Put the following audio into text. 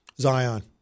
Zion